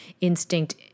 instinct